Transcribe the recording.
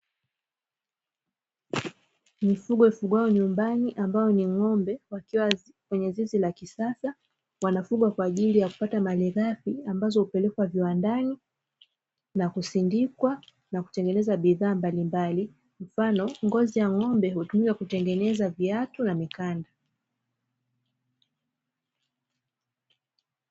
Mifugo ya ifugwayo nyumbani ambayo ni ng'ombe wakiwa kwenye zizi la kisasa, wanafugwa kwa ajili ya kupata malighafi ambazo hupelekwa viwandani na kusindikwa na kutengeneza bidhaa mbalimbali mfano ngozi ya ng'ombe hutumika kutengeneza viatu na mikanda.